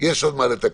יש עוד מה לתקן,